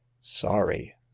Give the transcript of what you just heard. sorry